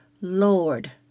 Lord